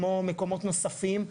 כמו מקומות נוספים,